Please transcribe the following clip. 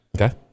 Okay